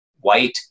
white